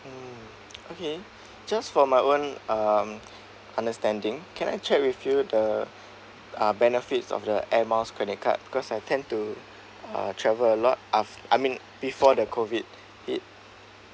mm okay just for my own um understanding can I check with you the uh benefits of the airmiles credit card because I tend to uh travel a lot aft~ I mean before the COVID it